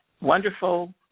wonderful